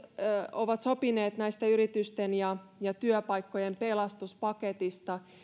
ovat sopineet yritysten ja ja työpaikkojen pelastuspaketista